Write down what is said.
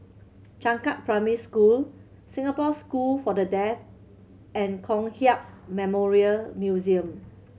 Changkat Primary School Singapore School for The Deaf and Kong Hiap Memorial Museum